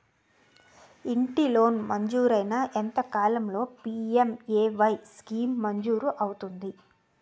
ఇంటి లోన్ మంజూరైన ఎంత కాలంలో పి.ఎం.ఎ.వై స్కీమ్ మంజూరు అవుతుంది?